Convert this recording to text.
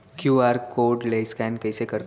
QR code ले scan कइसे करथे?